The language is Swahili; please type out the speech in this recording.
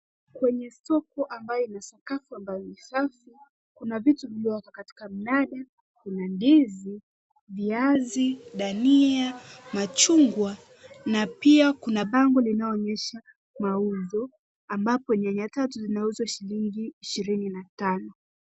Kwenye soko ambayo ina sakafu ambayo ni safi, kuna vitu vilivyoko katika mnada. Kuna ndizi, viazi, dania, machungwa na pia kuna bango linaloonyesha mauzo ambapo nyanya tatu zinauzwa shilingi 25.